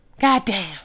Goddamn